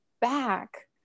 back